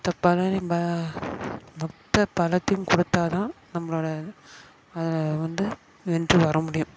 மொத்த பலனை ப மொத்த பலத்தையும் கொடுத்தா தான் நம்ளோட அதில் வந்து வென்று வர முடியும்